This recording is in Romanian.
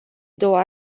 două